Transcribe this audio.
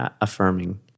affirming